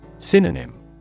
synonym